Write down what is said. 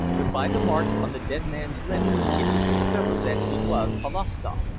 but by the marks on the dead man's linen it was discovered that he was polovstoff,